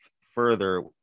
further